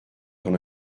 ton